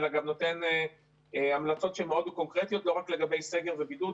אלא גם נותן המלצות מאוד קונקרטיות לא רק לגבי הסגר והבידוד,